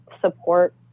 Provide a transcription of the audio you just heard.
support